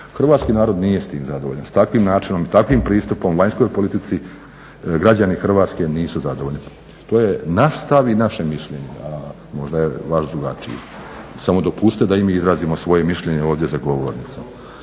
Hrvatski narod nije s tim zadovoljan, s takvim načinom takvim pristupom vanjskoj politici građani Hrvatske nisu zadovoljni. To je naš stav i naše mišljenje, a možda je vaš drugačije. Samo dopustite da i mi izrazimo svoje mišljenje ovdje za govornicom.